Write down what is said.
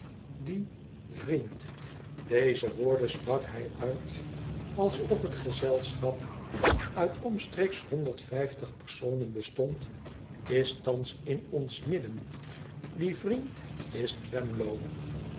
die vriend deze woorden sprak hij uit alsof hït huwelukscontr act i o i het gezelschap uit omstreeks honderd vijftig personen bestond is thans in ons midden die vriend is